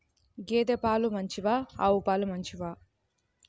గేద పాలు మంచివా ఆవు పాలు మంచివా?